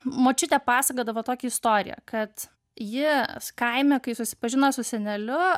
močiutė pasakodavo tokią istoriją kad ji skaime kai susipažino su seneliu